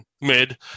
mid